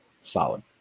solid